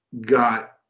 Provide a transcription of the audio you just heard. got